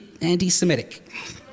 Anti-Semitic